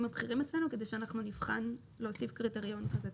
הבכירים אצלנו כדי שאנחנו נבחן להוסיף קריטריון כזה.